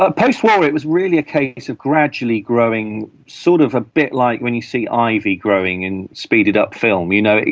ah post-war it was really a case of gradually growing, sort of a bit like when you see ivy growing in speeded-up film. you know,